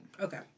Okay